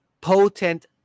potent